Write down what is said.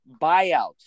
buyouts